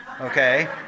Okay